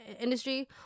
industry